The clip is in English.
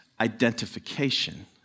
identification